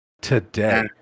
Today